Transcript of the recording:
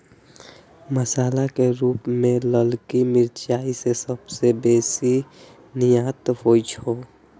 मसाला के रूप मे ललकी मिरचाइ के सबसं बेसी निर्यात होइ छै